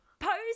Post